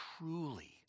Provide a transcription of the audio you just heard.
truly